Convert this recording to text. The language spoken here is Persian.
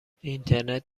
اینترنت